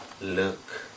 look